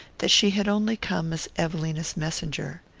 that she had only come as evelina's messenger.